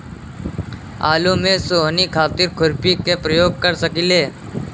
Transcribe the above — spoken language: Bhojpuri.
आलू में सोहनी खातिर खुरपी के प्रयोग कर सकीले?